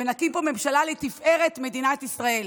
ונקים פה ממשלה לתפארת מדינת ישראל.